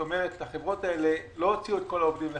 כלומר החברות האלה לא הוציאו את כל העובדים לחל"ת.